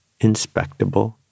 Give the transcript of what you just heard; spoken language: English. inspectable